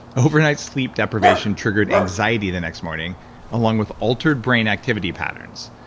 overnight sleep depravation triggered anxiety the next morning along with altered brain activity patterns.